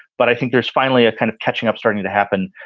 but i think there's finally a kind of catching up starting to happen.